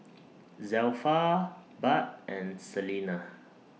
Zelpha Bud and Salena